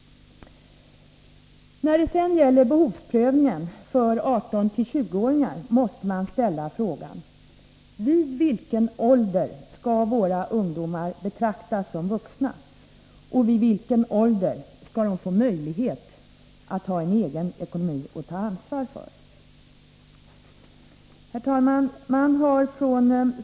När det gäller behovsprövningen för 18-20-åringar måste man ställa frågan: Vid vilken ålder skall våra ungdomar betraktas som vuxna, och vid vilken ålder skall de få möjlighet att ha en egen ekonomi att ta ansvar för? Herr talman!